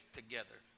together